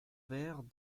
vers